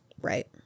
Right